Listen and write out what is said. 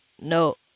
No